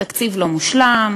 התקציב לא מושלם,